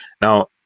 Now